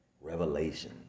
revelation